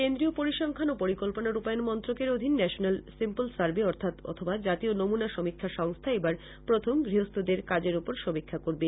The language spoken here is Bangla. কেন্দ্রীয় পরিসংখ্যান ও পরিকল্পনা রূপায়ন মন্ত্রকের অধীন ন্যাশনাল সিম্পোল সার্ভে অথবা জাতীয় নমুনা সমীক্ষা সংস্থা এবার প্রথম গৃহস্থদের কাজের ওপর সমীক্ষা করবে